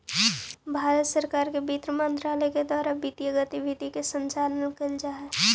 भारत सरकार के वित्त मंत्रालय के द्वारा वित्तीय गतिविधि के संचालन कैल जा हइ